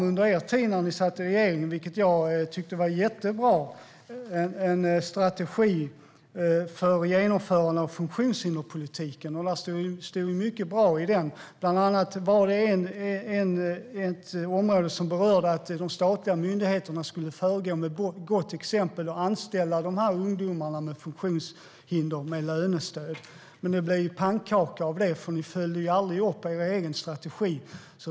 Under er tid i regeringen tog ni fram, vilket jag tyckte var jättebra, en strategi för genomförande av funktionshinderspolitiken, och det fanns mycket bra i den. Bland annat var det ett område som berörde att de statliga myndigheterna skulle föregå med gott exempel och anställa de här ungdomarna med funktionshinder med lönestöd. Men det blev pannkaka av det, för ni följde aldrig upp er egen strategi.